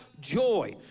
joy